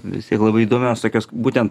vis tiek labai įdomios tokios būten